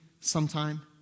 sometime